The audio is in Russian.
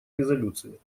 резолюции